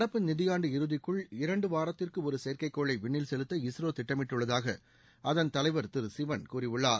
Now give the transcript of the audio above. நடப்பு நிதியான்டு இறுதிக்குள் இரண்டு வாரத்திற்கு ஒரு செயற்கைக்கோளை விண்ணில் செலுத்த இஸ்ரோ திட்டமிட்டுள்ளதாக அதன் தலைவர் திரு சிவன் கூறியுள்ளார்